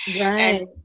Right